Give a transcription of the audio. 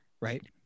right